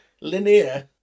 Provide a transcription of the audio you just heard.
Linear